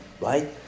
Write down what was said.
right